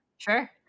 Sure